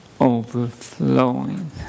overflowing